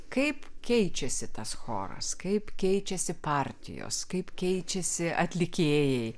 kaip keičiasi tas choras kaip keičiasi partijos kaip keičiasi atlikėjai